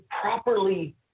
properly